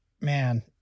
man